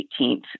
18th